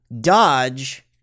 dodge